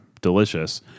delicious